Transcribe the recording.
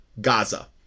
gaza